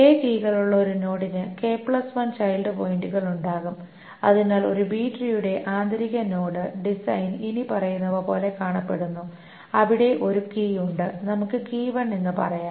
കീകളുള്ള ഒരു നോഡിന് ചൈൽഡ് പോയിന്ററുകൾ ഉണ്ടാകും അതിനാൽ ഒരു ബി ട്രീയുടെ ആന്തരിക നോഡ് ഡിസൈൻ ഇനിപ്പറയുന്നവ പോലെ കാണപ്പെടുന്നു അവിടെ ഒരു കീ ഉണ്ട് നമുക്ക് എന്ന് പറയാം